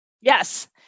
Yes